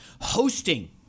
hosting